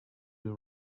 been